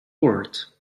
world